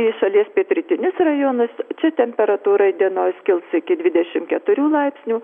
į šalies pietrytinius rajonus temperatūra įdienojus kils iki dvidešimt keturių laipsnių